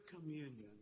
communion